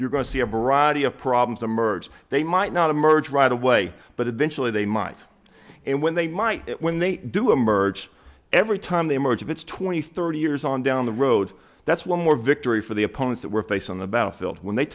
you're going to see a variety of problems emerge they might not emerge right away but eventually they might and when they might when they do emerge every time they emerge if it's twenty thirty years on down the road that's one more victory for the poems that we're face on the battlefield when they